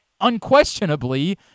unquestionably